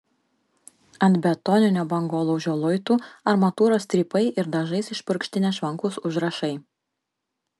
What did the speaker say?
ant betoninio bangolaužio luitų armatūros strypai ir dažais išpurkšti nešvankūs užrašai